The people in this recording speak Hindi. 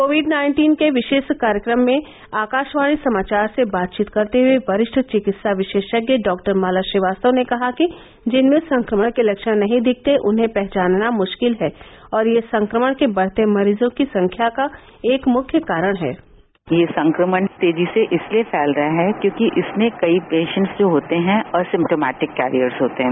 कोविड नाइन्टीन के विशेष कार्यक्रम में आकाशवाणी समाचार से बातचीत करते हुए वरिष्ठ चिकित्सा विशेषज्ञ डाक्टर माला श्रीवास्तव ने कहा कि जिनमें संक्रमण के लक्षण नहीं दिखते उन्हें पहचाना मुश्किल है और यह संक्रमण के बढ़ते मरीजों की संख्या का एक मुख्य कारण है यह संक्रमण तेजी से इसलिए फैल रहा है क्योंकि इसमें कई पेशॅट्स जो होते हैं और सिम्पटोमैटिक कैरियर्स होते हैं